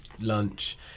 lunch